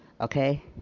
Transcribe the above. okay